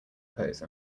pose